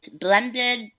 blended